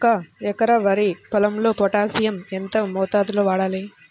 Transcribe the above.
ఒక ఎకరా వరి పొలంలో పోటాషియం ఎంత మోతాదులో వాడాలి?